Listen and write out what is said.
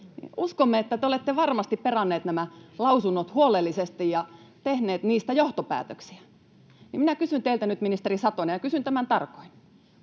uskomme, että te olette varmasti peranneet nämä lausunnot huolellisesti ja tehneet niistä johtopäätöksiä. Minä kysyn teiltä nyt, ministeri Satonen, ja kysyn tämän tarkoin: